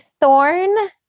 thorn